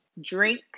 drink